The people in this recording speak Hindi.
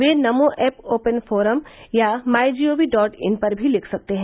वे नमो ऐप ओपन फोरम या my G O V dot in पर भी लिख सकते हैं